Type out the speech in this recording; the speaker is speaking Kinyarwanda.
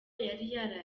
yari